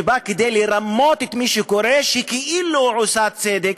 שבאה כדי לרמות את מי שקורא שכאילו עושה צדק,